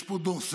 יש פה דורסנות,